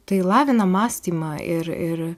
tai lavina mąstymą ir ir